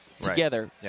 together